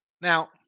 Now